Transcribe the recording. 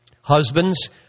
Husbands